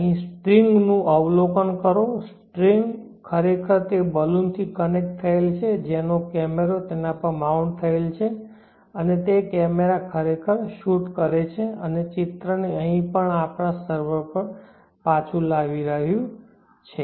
અહીં સ્ટ્રીંગ નું અવલોકન કરો સ્ટ્રીંગ ખરેખર તે બલૂનથી કનેક્ટ થયેલ છે જેનો કેમેરો તેના પર માઉન્ટ થયેલ છે અને તે કેમેરા ખરેખર શૂટ કરે છે અને ચિત્રને અહીં આપણા સર્વર પર પાછું લાવી રહ્યું છે